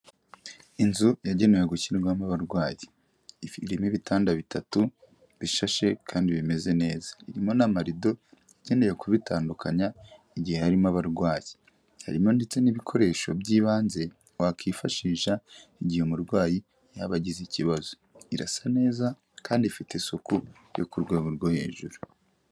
Inzu yagenewe gukinrwamo abarwayi ifirimo ibitanda bitatu bishashe kandi bimeze neza irimo na mararido ikenewe kubitandukanya igihe harimo abarwayi harimo ndetse n'ibikoresho by'ibanze wakwifashisha igihe umurwayi yabagize ikibazo irasa neza kandi ifite isuku yo ku rwego rwo hejuru.